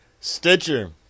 Stitcher